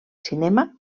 cinema